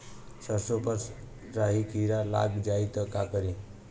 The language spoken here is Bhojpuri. सरसो पर राही किरा लाग जाई त का करी?